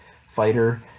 fighter